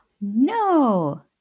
No